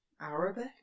Arabic